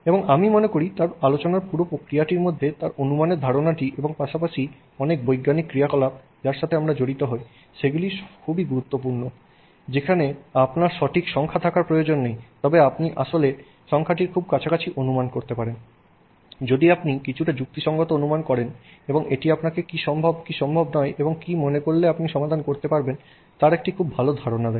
এবং আমি মনে করি তাঁর আলোচনার পুরো প্রক্রিয়াটির মধ্যে তাঁর অনুমানের ধারণাটি এবং পাশাপাশি অনেক বৈজ্ঞানিক ক্রিয়াকলাপ যার সাথে আমরা জড়িত হই সেগুলি খুবই গুরুত্বপূর্ণ যেখানে আপনার সঠিক সংখ্যা থাকার প্রয়োজন নেই তবে আপনি আসল সংখ্যাটির খুব কাছাকাছি অনুমান করতে পারেন যদি আপনি কিছুটা যুক্তিসঙ্গত অনুমান করেন এবং এটি আপনাকে কী সম্ভব কী সম্ভব নয় এবং কি মনে করলে আপনি সমাধান করতে পারবেন তার একটি খুব ভাল ধারণা দেয়